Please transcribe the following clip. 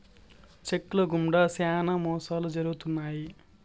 check ల గుండా శ్యానా మోసాలు జరుగుతున్నాయి